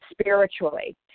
spiritually